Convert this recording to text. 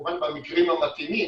כמובן במקרים המתאימים,